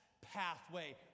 pathway